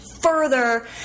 further